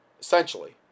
essentially